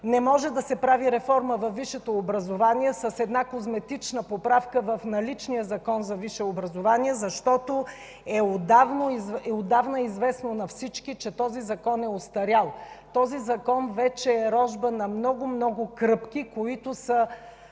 Не може да се прави реформа във висшето образование с козметична поправка в наличния Закон за висшето образование, защото отдавна е известно на всички, че този Закон е остарял. Той е рожба с много, много кръпки, които как